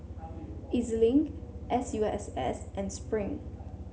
E Z Link S U S S and Spring